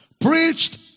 preached